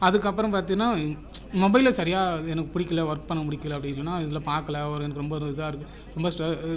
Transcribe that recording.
அதுக்கப்புறம் பார்த்தீனா மொபைலில் சரியா எனக்கு பிடிக்கல ஒர்க் பண்ண பிடிக்கல அப்படினா இதில் பாக்சில் ஒரு எனக்கு ரொம்ப ஒரு இதாக இருக்குது ரொம்ப